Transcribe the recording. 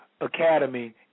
Academy